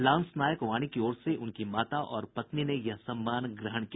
lance Naik Wani की ओर से उनकी माता और पत्नी ने यह सम्मान ग्रहण किया